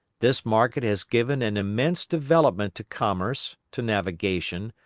this market has given an immense development to commerce, to navigation,